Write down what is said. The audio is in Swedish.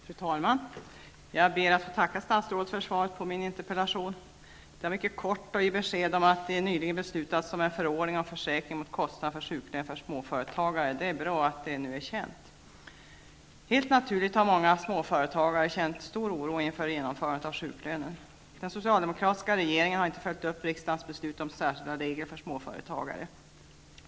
Fru talman! Jag ber att få tacka statsrådet för svaret på min interpellation. Svaret är mycket kort och ger besked om att det nyligen beslutats om en förordning om försäkring mot kostnader för sjuklön för småföretagare. Det är bra att detta nu är känt. Helt naturligt har många småföretagare känt stor oro inför genomförandet av sjuklönen. Den socialdemokratiska regeringen har inte följt upp riksdagens beslut om särskilda regler för småföretagare.